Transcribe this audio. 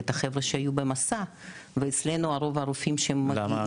את החבר'ה שהיו במסע ואצלנו רוב הרופאים שמגיעים --- למה?